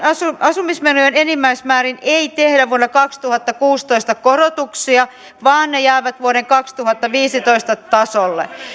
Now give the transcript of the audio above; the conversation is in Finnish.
asumismenojen enimmäismääriin ei tehdä vuodelle kaksituhattakuusitoista korotuksia vaan ne jäävät vuoden kaksituhattaviisitoista tasolle